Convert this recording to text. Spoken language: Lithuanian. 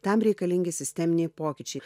tam reikalingi sisteminiai pokyčiai